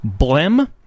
Blem